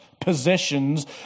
possessions